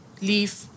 leave